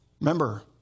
Remember